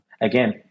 again